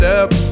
up